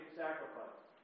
sacrifice